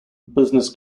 business